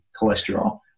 cholesterol